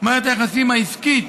ומערכת היחסים העסקית